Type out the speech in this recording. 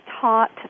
taught